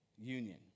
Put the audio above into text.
union